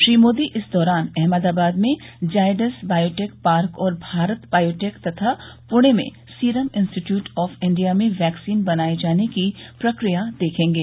श्री मोदी इस दौरान अहमदाबाद में जायडस बायोटेक पार्क और भारत बायोटेक तथा पणे में सीरम इंस्टीट्यूट ऑफ इंडिया में वैक्सीन बनाये जाने की प्रक्रिया देखेंगे